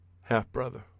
half-brother